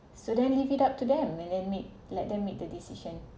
so then leave it up to them and then make let them make the decision